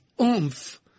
oomph